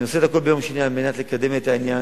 אבל אני עושה את הכול ביום שני כדי לקדם את העניין.